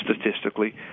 statistically